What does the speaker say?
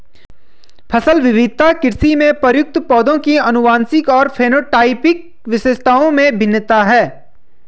फसल विविधता कृषि में प्रयुक्त पौधों की आनुवंशिक और फेनोटाइपिक विशेषताओं में भिन्नता है